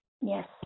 Yes